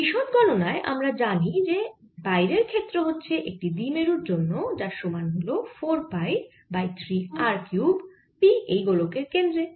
বিশদ গণনায় আমরা জানি যে বাইরের ক্ষেত্র হচ্ছে একটি দ্বিমেরুর জন্য যার সমান হল 4 pi by 3 r cube p এই গোলকের কেন্দ্রে